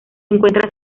encuentra